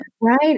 Right